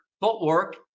Footwork